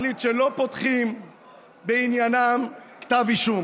החליט שלא פותחים בעניינן כתב אישום